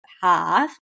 path